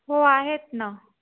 हो आहेत ना